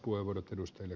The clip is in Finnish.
arvoisa puhemies